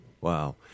Wow